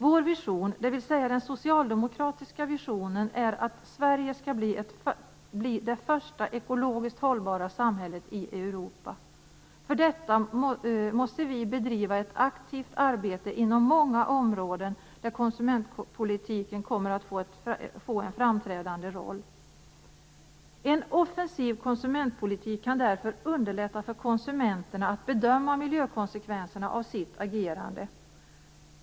Vår vision, dvs. den socialdemokratiska visionen, är att Sverige skall bli det första ekologiskt hållbara samhället i Europa. För detta måste vi bedriva ett aktivt arbete inom många områden där konsumentpolitiken kommer att få en framträdande roll. En offensiv konsumentpolitik kan därför underlätta för konsumenterna att bedöma miljökonsekvenserna av sitt agerande.